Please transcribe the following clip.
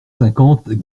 cinquante